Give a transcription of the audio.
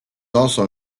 also